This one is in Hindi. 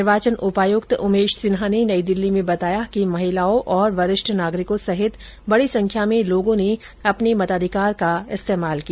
निर्वाचन उपायुक्त उमेश सिन्हा ने नई दिल्ली में बताया कि महिलाओं और वरिष्ठ नागरिकों सहित बड़ी संख्या में लोर्गो ने अपने मताधिकार का इस्तेमाल किया